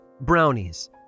brownies